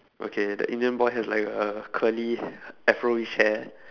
okay the indian boy has like a curly afroish hair